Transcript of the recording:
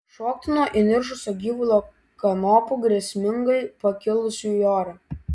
šokti nuo įniršusio gyvulio kanopų grėsmingai pakilusių į orą